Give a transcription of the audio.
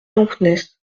lompnes